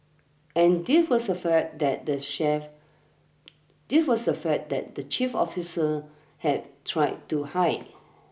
and this was a fact that the chef this was a fact that the chief officers had tried to hide